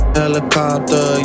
helicopter